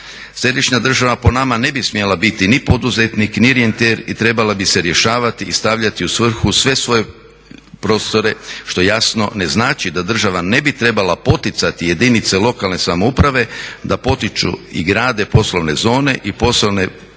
Središnja država po nama ne bi smjela biti ni poduzetnik ni rentijer i trebala bi se rješavati i stavljati u svrhu sve svoje prostore što jasno ne znači da država ne bi trebala poticati jedinice lokalne samouprave da potiču i grade poslovne zone i poslovne prostore